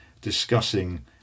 discussing